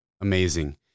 Amazing